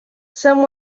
some